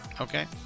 okay